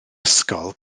ysgol